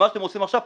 מה אתם עושים עכשיו?